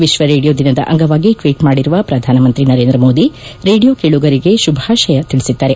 ವಿಶ್ವ ರೇಡಿಯೋ ದಿನದ ಅಂಗವಾಗಿ ಟ್ವೀಟ್ ಮಾಡಿರುವ ಪ್ರಧಾನಮಂತ್ರಿ ನರೇಂದ್ರ ಮೋದಿ ರೇಡಿಯೋ ಕೇಳುಗರಿಗೆ ಶುಭಾಶಯ ತಿಳಿಸಿದ್ದಾರೆ